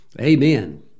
Amen